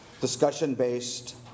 discussion-based